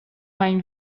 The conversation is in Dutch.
mijn